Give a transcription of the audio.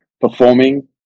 performing